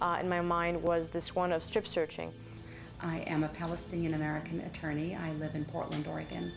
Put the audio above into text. t in my mind was this one of strip searching i am a palestinian american attorney i live in portland oregon